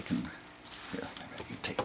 i can take